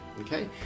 Okay